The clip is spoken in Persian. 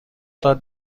داد